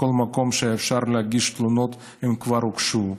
לכל מקום שאפשר להגיש תלונות הן כבר הוגשו.